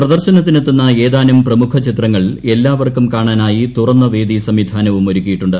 പ്രദർശനത്തിനെത്തുന്ന ഏതാനും പ്രമുഖ ചിത്രങ്ങൾ എല്ലാവർക്കും കാണാനായി തുറന്ന വേദി സംവിധാനവും ഒരുക്കിയിട്ടുണ്ട്